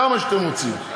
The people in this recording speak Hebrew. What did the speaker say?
כמה שאתם רוצים,